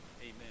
Amen